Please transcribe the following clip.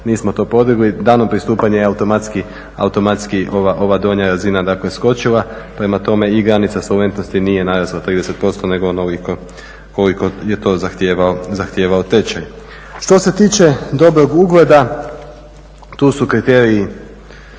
nismo to podigli. Danom pristupanja je automatski ova donja razina skočila, prema tome i granica solventnosti nije narasla 30% nego onoliko koliko je to zahtijevao tečaj. Što se tiče dobrog ugleda, tu su kriteriji